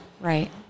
Right